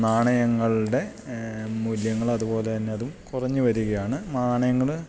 നാണയങ്ങളുടെ മൂല്യങ്ങൾ അതുപോലെ തന്നെ അതും കുറഞ്ഞു വരികയാണ് നാണയങ്ങൾ